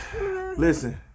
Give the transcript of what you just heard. listen